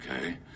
okay